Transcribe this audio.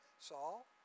Saul